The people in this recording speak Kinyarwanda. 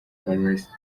place